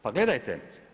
Pa gledajte.